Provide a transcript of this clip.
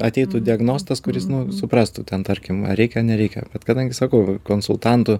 ateitų diagnostas kuris nu suprastų ten tarkim ar reik ar nereikia bet kadangi sakau konsultantų